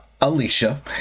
Alicia